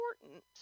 important